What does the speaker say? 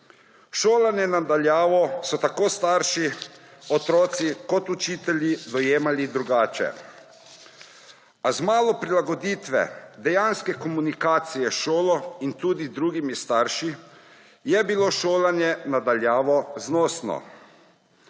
Šolanje na daljavo so tako starši, otroci kot učitelji dojemali drugače. A z malo prilagoditve dejanske komunikacije s šolo in tudi drugimi starši je bilo šolanje na daljavo znosno.